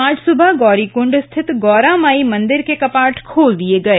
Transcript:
आज सुबह गौरीकुंड स्थित गौरामाई मंदिर के कपाट खोल दिये गए